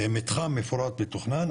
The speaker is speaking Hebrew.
מתחם מפורט מתוכנן,